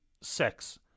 sex